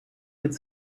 could